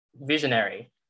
visionary